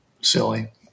silly